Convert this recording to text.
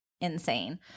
insane